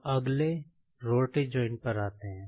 अब अगले rotary joint पर आते हैं